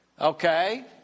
Okay